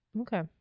Okay